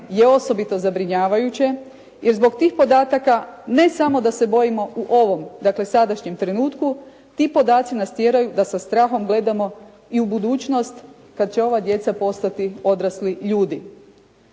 je osobito zabrinjavajuće jer zbog tih podataka ne samo da se bojimo u ovom, dakle sadašnjem trenutku, ti podaci nas tjeraju da sa strahom gledamo i u budućnost kad će ova djeca postati odrasli ljudi.